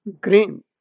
Green